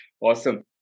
Awesome